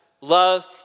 Love